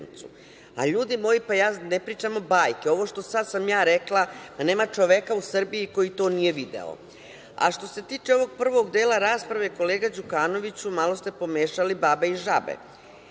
Ljudi moji, pa ja ne pričam bajke. Ovo što sam sada ja rekla, pa nema čoveka u Srbiji koji to nije video. Što se tiče ovog prvog dela rasprave, kolega Đukanoviću, malo ste pomešali babe i žabe.